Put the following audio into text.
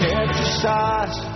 exercise